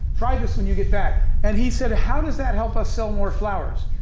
try this when you get back. and he said, how does that help us sell more flowers?